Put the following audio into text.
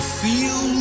feel